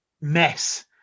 mess